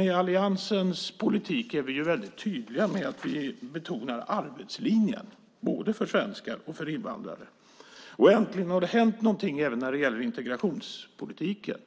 I alliansens politik är vi väldigt tydliga med att vi betonar arbetslinjen för både svenskar och invandrare. Äntligen har det hänt någonting även när det gäller integrationspolitiken.